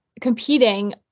competing